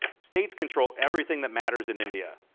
states control everything that matters in india.